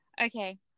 Okay